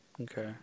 Okay